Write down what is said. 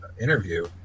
interview